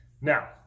Now